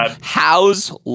how's